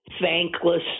thankless